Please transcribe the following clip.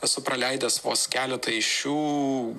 esu praleidęs vos keletą iš jų